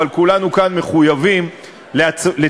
אבל כולנו כאן מחויבים לציית